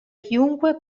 chiunque